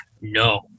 no